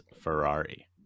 Ferrari